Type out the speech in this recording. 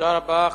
תודה רבה.